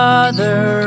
Father